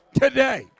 today